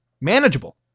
manageable